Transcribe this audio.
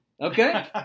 Okay